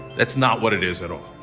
that's not what it is at all,